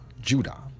Judah